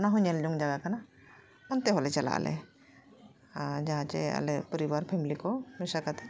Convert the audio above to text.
ᱚᱱᱟᱦᱚᱸ ᱧᱮᱞ ᱡᱚᱝ ᱡᱟᱭᱜᱟ ᱠᱟᱱᱟ ᱚᱱᱛᱮ ᱦᱚᱸᱞᱮ ᱪᱟᱞᱟᱜ ᱟᱞᱮ ᱟᱨ ᱡᱟᱦᱟᱸ ᱪᱮ ᱟᱞᱮ ᱯᱚᱨᱤᱵᱟᱨ ᱯᱷᱮᱢᱤᱞᱤ ᱠᱚ ᱢᱮᱥᱟ ᱠᱟᱛᱮᱫ